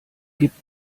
gibt